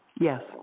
Yes